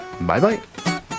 Bye-bye